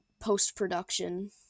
post-production